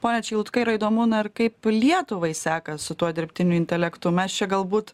ponia čeilutka yra įdomu na ir kaip lietuvai sekai su tuo dirbtiniu intelektu mes čia galbūt